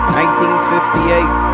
1958